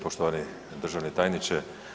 Poštovani državni tajniče.